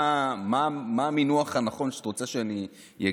מה המינוח הנכון שאת רוצה שאני אגיד?